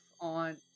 on